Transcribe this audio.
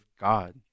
God